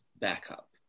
backup